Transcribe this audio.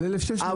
על 1,600 סמ"ק.